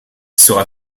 sera